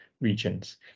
regions